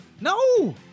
No